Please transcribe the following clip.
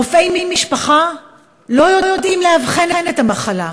רופאי משפחה לא יודעים לאבחן את המחלה,